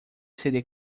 seria